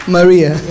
Maria